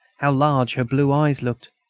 how large her blue eyes looked!